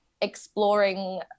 exploring